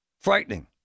Frightening